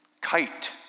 Kite